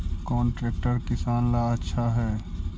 कौन ट्रैक्टर किसान ला आछा है?